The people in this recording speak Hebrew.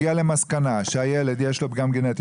הגיע למסקנה שלילד יש פגם גנטי,